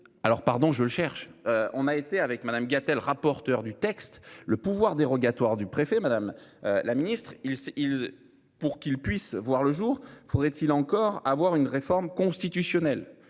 alors pardon je le cherche. On a été avec Madame Gatel, rapporteur du texte, le pouvoir dérogatoire du préfet Madame la Ministre il il. Pour qu'il puisse voir le jour. Faudrait-il encore avoir une réforme constitutionnelle